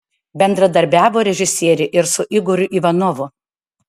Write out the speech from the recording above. bendradarbiavo režisierė ir su igoriu ivanovu